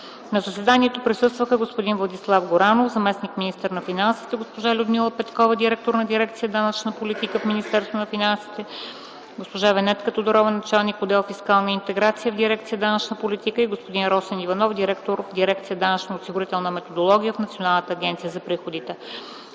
На заседанието присъстваха господин Владислав Горанов – заместник-министър на финансите, госпожа Людмила Петкова – директор на дирекция „Данъчна политика” в Министерството на финансите, госпожа Венетка Тодорова – началник на отдел „Фискална интеграция” в дирекция „Данъчна политика”, и господин Росен Иванов – директор на дирекция „Данъчно-осигурителна методология” в Националната агенция за приходите.